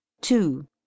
two